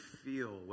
feel